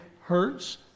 hurts